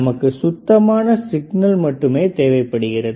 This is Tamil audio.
நமக்கு சுத்தமான சிக்னல் மட்டுமே தேவைப்படுகிறது